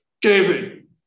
David